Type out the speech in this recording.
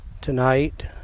tonight